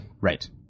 right